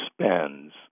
spends